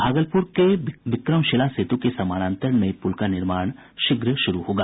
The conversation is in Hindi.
भागलपुर में विक्रमशिला सेतु के समानांतर नये पुल का निर्माण शीघ्र शुरू होगा